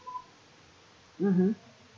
mm hmm